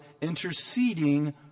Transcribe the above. interceding